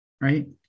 right